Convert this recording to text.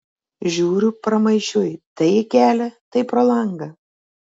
žiūriu pramaišiui tai į kelią tai pro langą